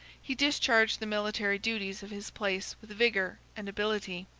he discharged the military duties of his place with vigor and ability.